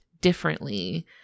differently